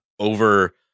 over